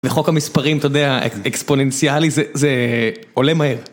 בחוק המספרים, אתה יודע, אקספוננציאלי, זה עולה מהר.